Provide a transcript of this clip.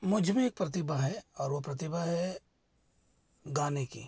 मुझमें एक प्रतिभा है और वह प्रतिभा है गाने की